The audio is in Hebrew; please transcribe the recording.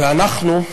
ואנחנו,